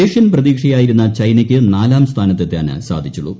Asian പ്രതീക്ഷയായിരുന്ന ച്ചൈനയ്ക്ക് നാലാം സ്ഥാനത്ത് എത്താനേ സാധിച്ചുള്ളൂ